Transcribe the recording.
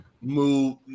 move